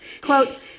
Quote